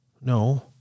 no